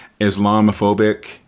Islamophobic